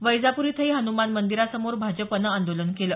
वैजापूर इथंही हन्मान मंदिरासमोर भाजपनं आंदोलन केलं